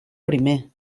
primer